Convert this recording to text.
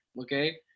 okay